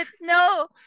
no